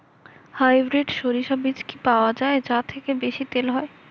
Hybrid শরিষা বীজ কি পাওয়া য়ায় যা থেকে বেশি তেল হয়?